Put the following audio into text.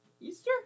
Easter